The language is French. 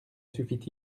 suffit